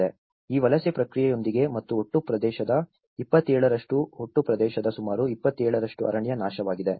ಈ ವಲಸೆ ಪ್ರಕ್ರಿಯೆಯೊಂದಿಗೆ ಮತ್ತು ಒಟ್ಟು ಪ್ರದೇಶದ 27 ರಷ್ಟು ಒಟ್ಟು ಪ್ರದೇಶದ ಸುಮಾರು 27 ಅರಣ್ಯ ನಾಶವಾಗಿದೆ